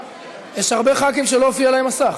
יש הרבה ח"כים שלא הופיע להם מסך.